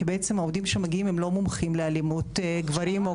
בעצם העובדים שמגיעים הם לא מומחים לאלימות גברים,